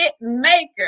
maker